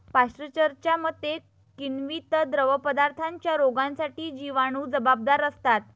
पाश्चरच्या मते, किण्वित द्रवपदार्थांच्या रोगांसाठी जिवाणू जबाबदार असतात